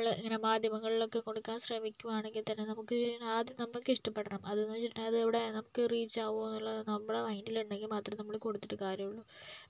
നമ്മൾ ഇങ്ങനെ മാധ്യമങ്ങളിലൊക്കെ കൊടുക്കാൻ ശ്രമിക്കുകയാണെങ്കിൽ തന്നെ നമുക്ക് ആദ്യം നമുക്കിഷ്ടപ്പെടണം അത് കഴിഞ്ഞിട്ട് അതവിടെ നമുക്ക് റീച്ചാകുമോയെന്നുള്ളത് നമ്മുടെ മൈൻഡിൽ ഉണ്ടെങ്കിൽ മാത്രമേ നമ്മൾ കൊടുത്തിട്ട് കാര്യമുള്ളൂ